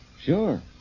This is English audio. Sure